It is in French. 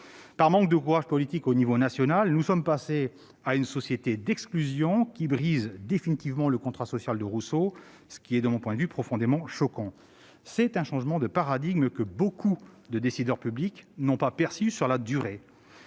Par manque de courage politique au niveau national, nous sommes passés à une société d'exclusion qui brise définitivement le contrat social de Rousseau, ce qui est profondément choquant de mon point de vue. C'est un changement de paradigme que nombre de décideurs publics n'ont pas perçu sur la durée.